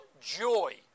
joy